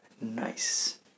nice